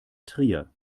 trier